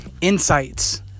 insights